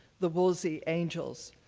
the wolsey angels,